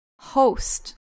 host